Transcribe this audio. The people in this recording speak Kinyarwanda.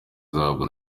izahabwa